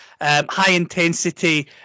high-intensity